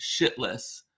shitless